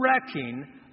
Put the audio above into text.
wrecking